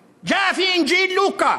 ובעולם הבא צפוי להם עונש כבד".